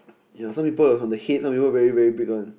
ya some people on the head some people very very big one